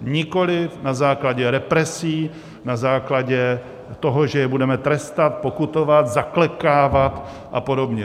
nikoli na základě represí, na základě toho, že je budeme trestat, pokutovat, zaklekávat a podobně.